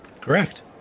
Correct